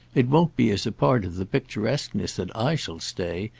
it won't be as a part of the picturesqueness that i shall stay,